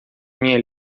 minha